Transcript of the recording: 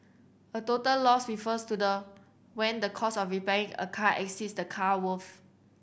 a total loss refers to the when the cost of repairing a car exceeds the car worth